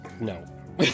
No